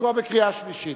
לקרוא קריאה שלישית.